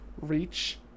reach